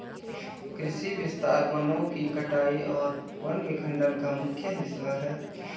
कृषि विस्तार वनों की कटाई और वन विखंडन का मुख्य हिस्सा है